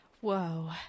Whoa